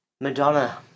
Madonna